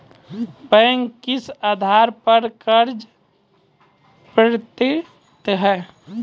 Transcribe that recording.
Bank किस आधार पर कर्ज पड़तैत हैं?